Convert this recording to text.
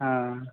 ആ